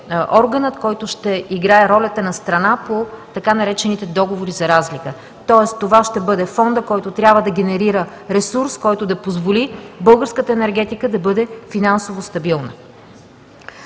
органът, който ще играе ролята на страна по така наречените „договори за разлика“. Тоест това ще бъде фондът, който трябва да генерира ресурс, който да позволи българската енергетика да бъде финансово стабилна.